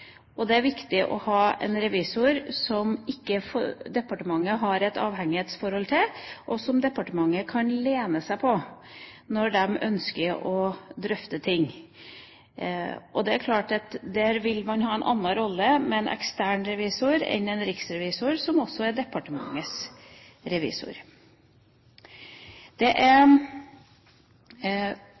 Det er også viktig å ha en revisor som ikke departementet har et avhengighetsforhold til, og som departementet kan lene seg på når de ønsker å drøfte ting. Det er klart at man vil ha en annen rolle med en ekstern revisor enn med en riksrevisor, som også er departementets revisor.